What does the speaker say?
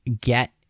get